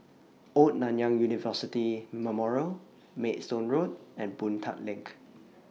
Old Nanyang University Memorial Maidstone Road and Boon Tat LINK